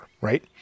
right